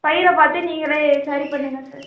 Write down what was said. பயிரை பார்த்து நீங்களே சரி பண்ணுங்கள் சார்